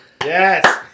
Yes